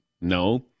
No